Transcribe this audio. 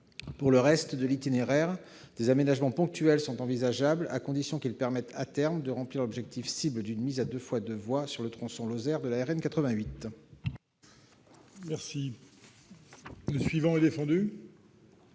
Pour le reste de l'itinéraire, des aménagements ponctuels sont envisageables, à condition qu'ils permettent à terme d'atteindre l'objectif cible d'une mise en 2x2 voies sur le tronçon lozérien de la RN 88.